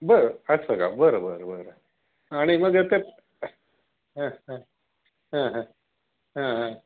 बरं असं का बरं बरं बरं आणि मग तर हां हां हां हां हां हां